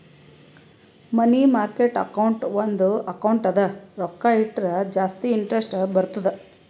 ಮನಿ market account ಒಂದ್ account ಅದ ರೊಕ್ಕಾ ಇಟ್ಟುರ ಜಾಸ್ತಿ ಇಂಟರೆಸ್ಟ್ ಬರ್ತುದ್